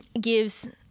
gives